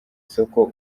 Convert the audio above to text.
isoko